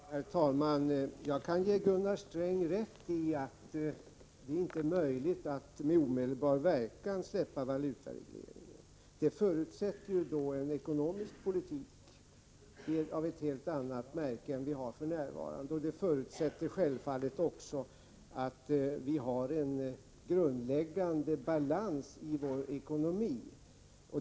Herr talman! Jag kan ge Gunnar Sträng rätt i att det inte är möjligt att med omedelbar verkan avskaffa valutaregleringen. En sådan åtgärd förutsätter en ekonomisk politik av ett helt annat märke än den vi har för närvarande. Den förutsätter självfallet också att vi har en grundläggande balans i vår ekonomi.